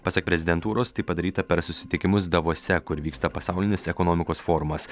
pasak prezidentūros tai padaryta per susitikimus davose kur vyksta pasaulinis ekonomikos forumas